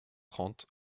trente